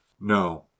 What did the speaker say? No